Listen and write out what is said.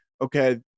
okay